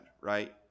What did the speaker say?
right